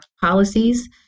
policies